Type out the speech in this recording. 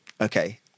okay